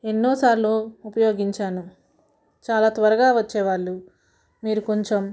ఎన్నోసార్లు ఉపయోగించాను చాలా త్వరగా వచ్చేవాళ్ళు మీరు కొంచెం